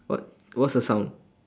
what what's the sound